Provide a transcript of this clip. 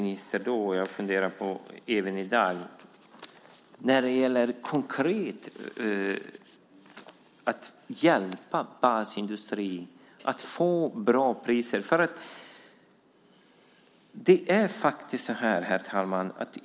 När det gäller att konkret hjälpa basindustrin att få bra priser är min fundering i dag densamma som då.